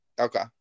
Okay